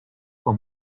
for